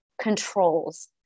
controls